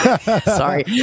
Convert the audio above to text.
sorry